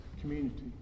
community